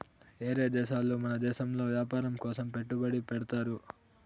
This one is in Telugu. ఏరే దేశాలు మన దేశంలో వ్యాపారం కోసం పెట్టుబడి పెడ్తారు